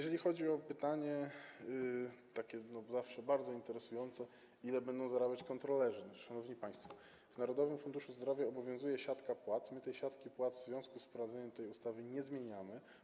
Jeżeli chodzi o pytanie, które zawsze jest bardzo interesujące, o to, ile będą zarabiać kontrolerzy, to szanowni państwo, w Narodowym Funduszu Zdrowia obowiązuje siatka płac i my tej siatki płac w związku z wprowadzeniem tej ustawy nie zmieniamy.